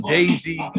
Daisy